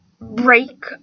break